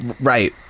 right